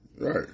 Right